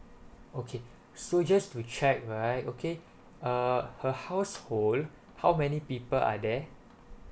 okay so just to check right okay uh her household how many people are there